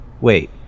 wait